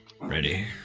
ready